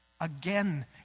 again